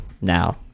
now